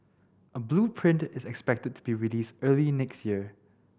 a blueprint is expected to be released early next year